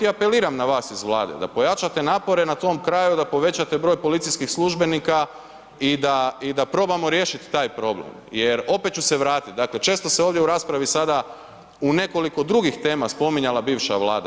Apeliram na vas iz Vlade da pojačate napore na tom kraju, da povećate broj policijskih službenika i da, i da probamo riješiti taj problem, jer opet ću se vratit dakle, često se ovdje u raspravi sada u nekoliko drugih tema spominjala bivša vlada.